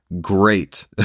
great